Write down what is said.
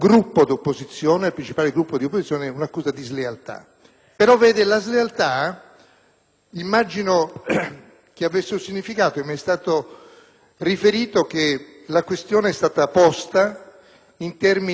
slealtà avesse un significato: mi è stato riferito che la questione è stata posta in termini di coerenza da parte del Gruppo del Partito Democratico con le decisioni della Conferenza dei Capigruppo.